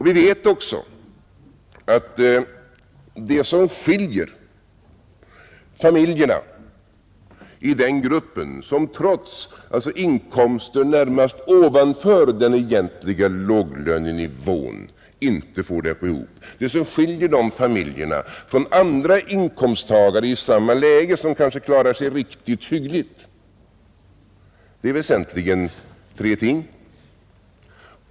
Vi vet också att det som skiljer familjerna i den gruppen — som trots inkomster närmast ovanför den egentliga låglönenivån inte får det att gå ihop — från andra inkomsttagare i samma läge, som kanske klarar sig riktigt hyggligt, väsentligen är tre företeelser.